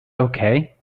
okay